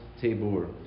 Tabor